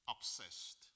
obsessed